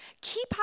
keep